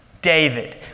David